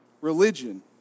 religion